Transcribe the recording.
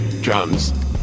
drums